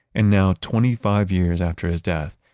and now twenty five years after his death,